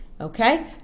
Okay